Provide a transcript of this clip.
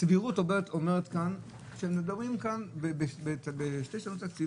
הסבירות אומרת שמדברים כאן בשתי שנות תקציב,